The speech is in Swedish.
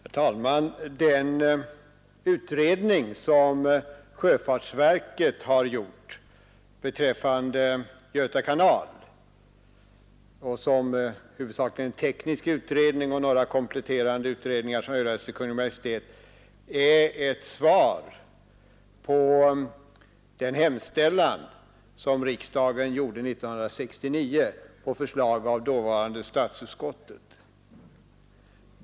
Herr talman! Den utredning som sjöfartsverket gjort beträffande Göta kanal och som huvudsakligen är en teknisk utredning samt några kompletterande utredningar som överlämnats till Kungl. Maj:t är ett svar på den hemställan som riksdagen gjorde 1969 på förslag av dåvarande statsutskottet.